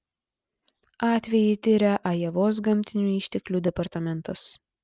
atvejį tiria ajovos gamtinių išteklių departamentas